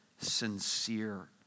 sincere